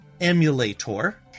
emulator